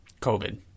COVID